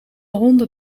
honden